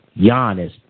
Giannis